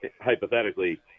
hypothetically